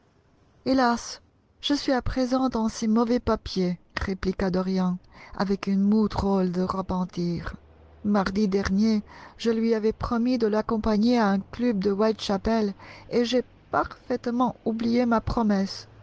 hélas je suis à présent dans ses mauvais papiers répliqua dorian avec une moue drôle de repentir mardi dernier je lui avais promis de l'accompagner à un club de whitechapel et j'ai parfaitement oublié ma promesse